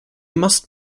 must